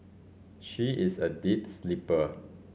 she is a deep sleeper